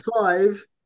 five